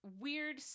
Weird